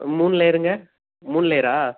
மூணு லேயருங்க மூணு லேயரா